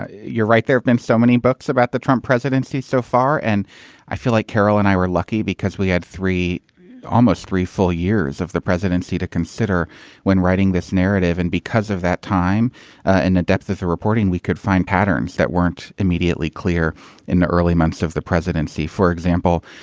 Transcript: ah you're right. there have been so many books about the trump presidency so far. and i feel like carol and i were lucky because we had three almost three full years of the presidency to consider when writing this narrative. and because of that time and the depth of the reporting, we could find patterns that weren't immediately clear in the early months of the presidency, for example,